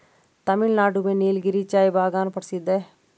तमिलनाडु में नीलगिरी चाय बागान प्रसिद्ध है